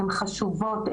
הן חשובות,